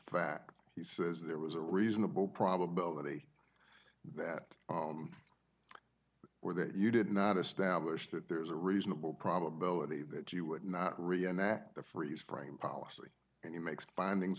fact he says there was a reasonable probability that were that you did not establish that there is a reasonable probability that you would not reenact the freeze frame policy and it makes findings